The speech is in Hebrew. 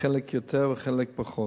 חלק יותר וחלק פחות,